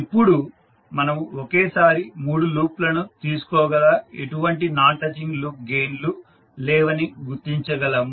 ఇప్పుడు మనము ఒకేసారి మూడు లూప్లను తీసుకో గల ఎటువంటి నాన్ టచింగ్ లూప్ గెయిన్లు లేవని గుర్తించగలము